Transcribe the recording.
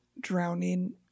drowning